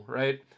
right